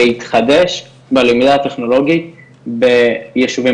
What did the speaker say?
להתחדש בלמידה הטכנולוגית ביישובים